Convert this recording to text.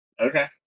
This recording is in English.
okay